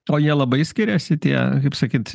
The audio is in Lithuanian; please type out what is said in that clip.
tuo jie labai skiriasi tie kaip sakyt